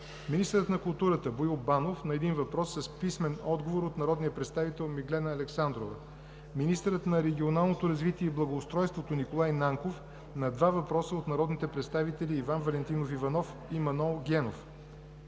министърът на културата Боил Банов – на един въпрос с писмен отговор от народния представител Миглена Александрова; – министърът на регионалното развитие и благоустройството Николай Нанков – на два въпроса от народните представители Иван Валентинов Иванов и Манол Генов;